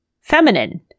feminine